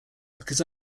because